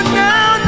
now